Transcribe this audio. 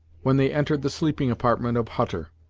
when they entered the sleeping apartment of hutter.